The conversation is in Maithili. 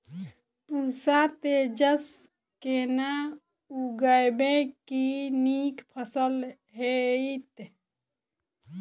पूसा तेजस केना उगैबे की नीक फसल हेतइ?